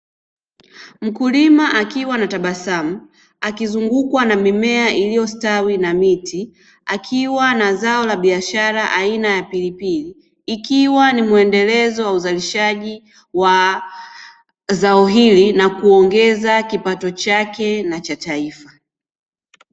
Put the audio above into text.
Mkulima akiwa na tabasamu akizungukwa na mimea iliyostawi na miti, akiwa na zao la biashara aina ya pilipili ikiwa ni muendelezo wa uzalishaji wa zao hili na kuongeza kipato chake na cha taifa.